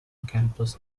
campus